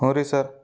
ಹ್ಞೂ ರೀ ಸರ್